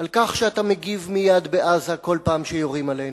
על כך שאתה מגיב מייד בעזה כל פעם שיורים עלינו,